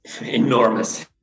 enormous